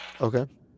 Okay